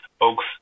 oaks